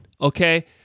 okay